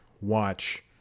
watch